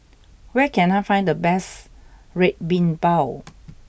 where can I find the best Red Bean Bao